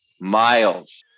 Miles